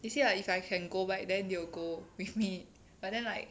they say like if I can go back then they will go with me but then like